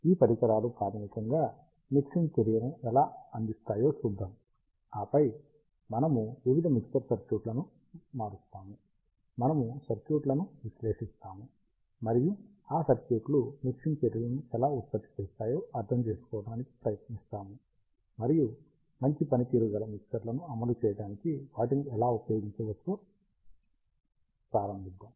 ఈ పరికరాలు ప్రాథమికంగా మిక్సింగ్ చర్యను ఎలా అందిస్తాయో చూద్దాం ఆపై మనము వివిధ మిక్సర్ సర్క్యూట్లకు మారుస్తాము మనము సర్క్యూట్లను విశ్లేషిస్తాము మరియు ఈ సర్క్యూట్లు మిక్సింగ్ చర్యలను ఎలా ఉత్పత్తి చేస్తాయో అర్థం చేసుకోవడానికి ప్రయత్నిస్తాము మరియు మంచి పనితీరు గల మిక్సర్ లను అమలు చేయడానికి వాటిని ఎలా ఉపయోగించవచ్చో ప్రారంభిద్దాం